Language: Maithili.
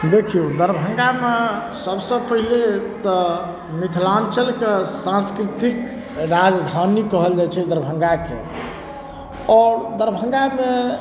देखियौ दरभंगामे सबसँ पहिले तऽ मिथिलाञ्चलके सांस्कृतिक राजधानी कहल जाइ छै दरभंगाके आओर दरभंगामे